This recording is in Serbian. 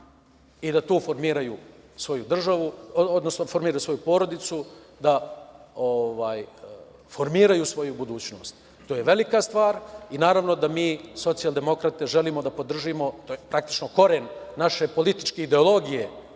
da postanu vlasnici stana i da tu formiraju svoje porodice, da formiraju svoju budućnost. To je velika stvar i naravno da mi socijaldemokrate želimo da podržimo praktično koren naše političke ideologije